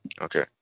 Okay